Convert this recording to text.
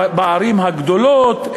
בערים הגדולות,